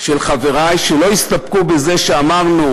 של חברי שלא הסתפקו בזה שאמרנו,